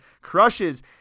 crushes